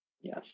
yes